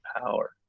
power